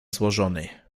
złożony